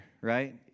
right